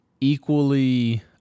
equally